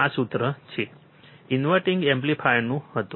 આ સૂત્ર ઇન્વર્ટીંગ એમ્પ્લીફાયરનું હતું